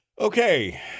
Okay